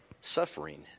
suffering